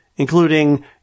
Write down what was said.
including